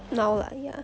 now lah ya